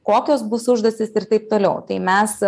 kokios bus užduotys ir taip toliau tai mes